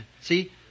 See